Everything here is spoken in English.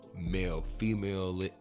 male-female